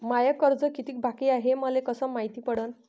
माय कर्ज कितीक बाकी हाय, हे मले कस मायती पडन?